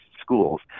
schools